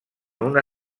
una